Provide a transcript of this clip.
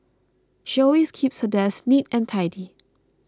she always keeps her desk neat and tidy